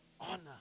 honor